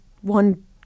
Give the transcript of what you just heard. one